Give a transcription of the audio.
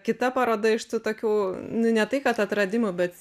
kita paroda iš tokių nu ne tai kad atradimų bet